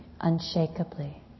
unshakably